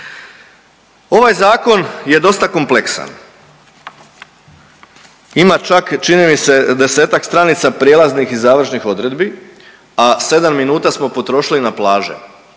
Ovaj zakon je dosta kompleksan, ima čak čini mi se 10-ak stranica prijelaznih i završnih odredbi, a 7 minuta smo potrošili na plaže.